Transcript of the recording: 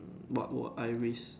what will I risk